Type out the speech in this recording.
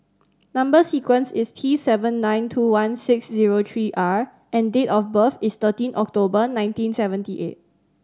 number sequence is T seven nine two one six zero three R and date of birth is thirteen October nineteen seventy eight